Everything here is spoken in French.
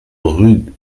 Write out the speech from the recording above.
rue